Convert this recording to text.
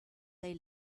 they